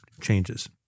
changes